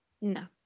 No